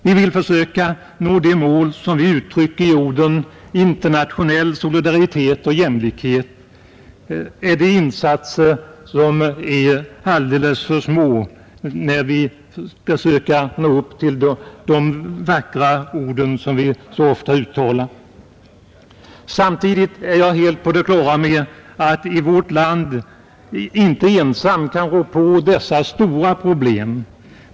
Vill vi försöka nå de mål, som vi uttrycker i orden internationell solidaritet och jämlikhet, är våra insatser dock alldeles för små för att vi skall kunna göra verklighet av de vackra orden, som vi så ofta uttalar. Samtidigt är jag helt på det klara med att vi i vårt land inte ensamma kan rå på dessa stora problem.